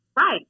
Right